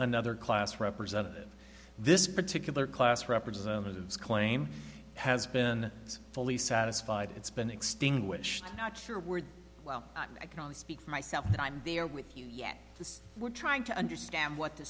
another class representative this particular class representatives claim has been fully satisfied it's been extinguished not your word well i can only speak for myself and i'm there with you yet this we're trying to understand what th